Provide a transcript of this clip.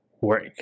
work